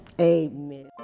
Amen